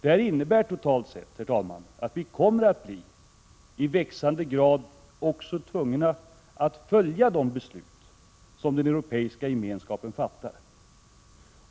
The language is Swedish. Detta innebär totalt sett att vi i växande grad också kommer att bli tvungna att följa de beslut som den Europeiska gemenskapen fattar.